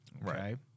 right